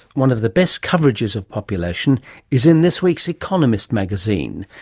one of the best coverages of population is in this week's economist magazine.